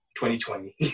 2020